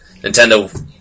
Nintendo